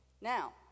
Now